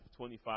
25